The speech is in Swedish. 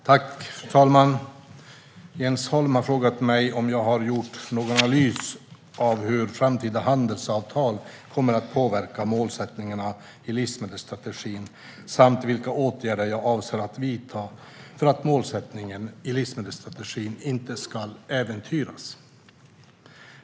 Fru talman! Jens Holm har frågat mig om jag har gjort någon analys av hur framtida handelsavtal kommer att påverka målsättningarna i livsmedelsstrategin samt vilka åtgärder jag avser att vidta för att målsättningarna i livsmedelsstrategin inte ska äventyras.